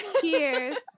Cheers